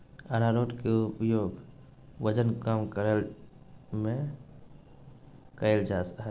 आरारोट के उपयोग वजन कम करय में कइल जा हइ